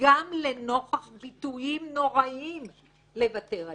גם לנוכח פיתויים נוראים לוותר עליהם.